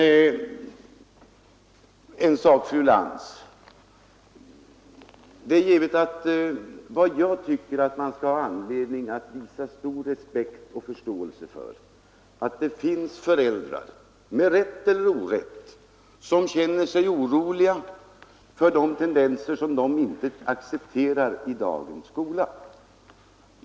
Sedan vill jag säga en sak till fru Lantz. Jag tycker att man har anledning att visa stor respekt och förståelse för att det finns föräldrar som — med rätt eller orätt — känner sig oroliga för de tendenser som de inte accepterar i dagens skola.